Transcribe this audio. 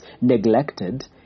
neglected